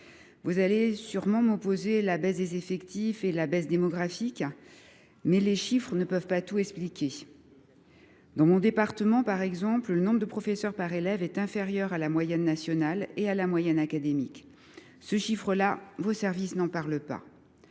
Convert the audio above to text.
On va sûrement m’opposer la baisse des effectifs et la baisse démographique… Mais les chiffres ne peuvent pas tout expliquer ! Dans mon département, par exemple, le nombre de professeurs par élèves est inférieur à la moyenne nationale et à la moyenne académique. Ce chiffre là, les services du ministère